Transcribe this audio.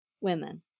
women